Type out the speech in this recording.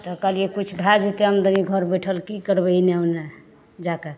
तऽ कहलियै किछु भए जेतै आमदनी घर बैठल की करबै एने ओने जाए कऽ